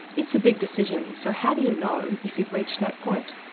it's a big decision so how do you know if you've reached that point?